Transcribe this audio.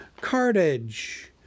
cartage